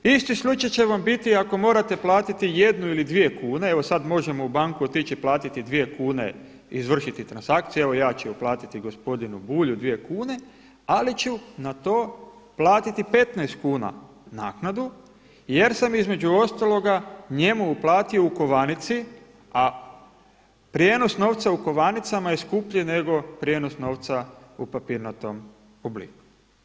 Isti slučaj će vam biti ako morate platiti jednu ili dvije kune, evo sada možemo u banku otići platili 2 kune, izvršiti transakcije, evo ja ću uplatiti gospodinu Bulju 2 kune ali ću na to platiti 15 kuna naknadu jer sam između ostaloga njemu uplatio u kovanici a prijenos novca u kovanicama je skuplji nego prijenos novca u papirnatom obliku.